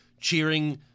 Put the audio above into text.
cheering